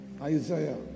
Isaiah